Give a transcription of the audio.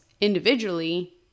individually